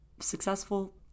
successful